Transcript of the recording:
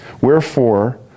Wherefore